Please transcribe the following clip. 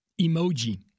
Emoji